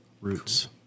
roots